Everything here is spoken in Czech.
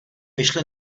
vyšli